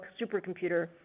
supercomputer